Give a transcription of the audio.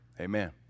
Amen